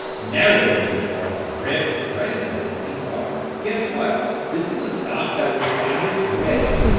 narrow range bar, rip right at seventeen bucks. guess what, this is a stock that would find its way,